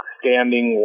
standing